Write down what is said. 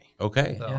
Okay